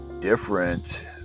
different